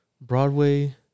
Broadway